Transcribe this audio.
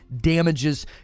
damages